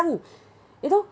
young you know